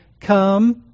Come